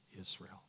Israel